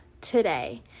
today